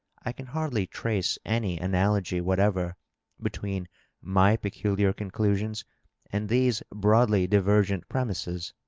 i can hardly trace any analogy whatever between my peculiar conclusions and these broadly divergent premises.